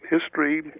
history